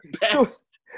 best